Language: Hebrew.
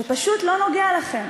זה פשוט לא נוגע לכם.